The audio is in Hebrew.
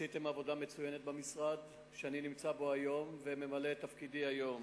עשיתם עבודה מצוינת במשרד שאני נמצא בו היום וממלא בו את תפקידי היום.